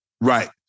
Right